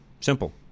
Simple